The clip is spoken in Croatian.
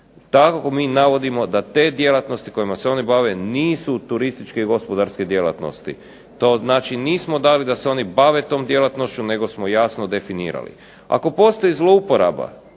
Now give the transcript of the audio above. tako mi navodimo da te djelatnosti kojima se oni bave nisu turističke i gospodarske djelatnosti. To znači nismo dali da se oni bave tom djelatnošću nego smo jasno definirali. Ako postoji zlouporaba,